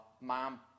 mom